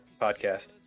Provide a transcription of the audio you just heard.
podcast